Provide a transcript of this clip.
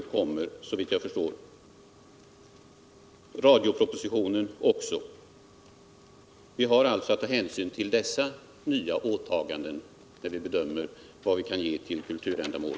Detsamma gäller också radiopropositionen. Vi har alltså att ta hänsyn till dessa nya åtaganden när vi bedömer vilka anslag som kan ges till kulturändamål.